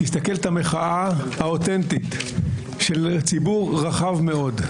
תסתכל על המחאה האותנטית של ציבור רחב מאוד.